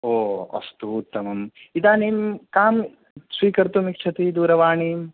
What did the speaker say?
ओ अस्तु उत्तमम् इदानीं कां स्वीकर्तुमिच्छति दूरवाणीं